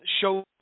show